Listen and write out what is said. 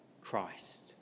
Christ